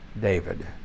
David